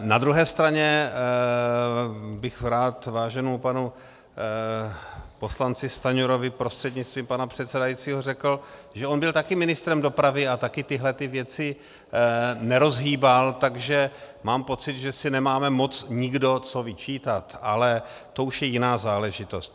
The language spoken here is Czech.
Na druhé straně bych rád váženému panu poslanci Stanjurovi prostřednictvím pana předsedajícího řekl, že on byl taky ministrem dopravy a taky tyhle věci nerozhýbal, takže mám pocit, že si nemáme moc nikdo co vyčítat, ale to už je jiná záležitost.